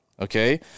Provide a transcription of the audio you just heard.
Okay